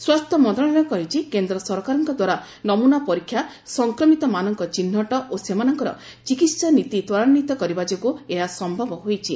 ସ୍ୱାସ୍ଥ୍ୟ ମନ୍ତ୍ରଣାଳୟ କହିଛି କେନ୍ଦ୍ର ସରକାରଙ୍କଦ୍ୱାରା ନମୁନା ପରୀକ୍ଷା ସଂକ୍ରମିତମାନଙ୍କ ଚିହ୍ନଟ ଓ ସେମାନଙ୍କର ଚିକିତ୍ସା ନୀତି ତ୍ୱରାନ୍ୱିତ କରିବା ଯୋଗୁଁ ଏହା ସମ୍ଭବ ହୋଇଛି